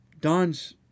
Don's